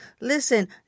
Listen